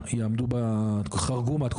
אחת מהן, למשל, היא התקופה לרישום.